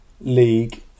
League